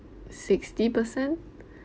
sixty percent